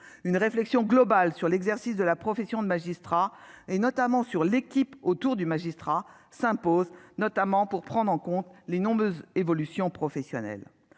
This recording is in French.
Une réflexion globale s'impose sur l'exercice de la profession de magistrat, et notamment sur l'équipe autour du magistrat, en particulier pour prendre en compte les nombreuses évolutions professionnelles.